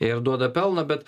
ir duoda pelną bet